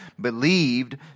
believed